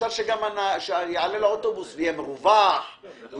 אפשר גם שיעלה לאוטובוס ושם יהיה מרווח והוא